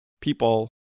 people